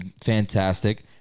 fantastic